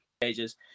pages